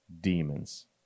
demons